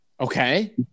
Okay